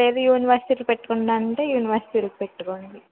లేదు యూనివర్శిటీకి పెట్టుకుంటాను అంటే యూనివర్శిటీలకి పెట్టుకోండి